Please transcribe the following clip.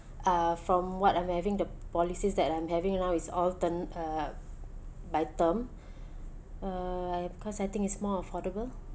uh from what I'm having the policies that I'm having now is all term uh by term uh because I think is more affordable